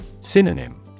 Synonym